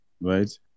right